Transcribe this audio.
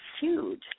huge